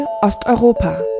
Osteuropa